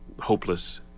hopeless